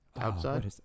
Outside